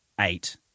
eight